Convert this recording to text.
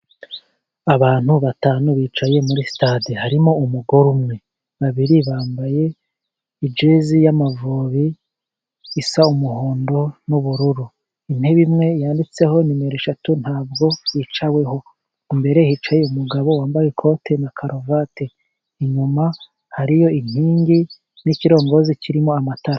Abantu batanu bicaye muri sitade, harimo umugore umwe, babiri bambaye ijezi y'amavubi isa n'umuhondo n'ubururu, intebe imwe yanditseho nimero eshatu ntabwo yicaweho, imbere hicaye umugabo wambaye ikote na karuvati, inyuma hariyo inkingi n'ikirongozi kirimo amatara.